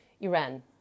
Iran